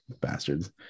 bastards